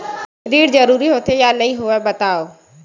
ऋण जरूरी होथे या नहीं होवाए बतावव?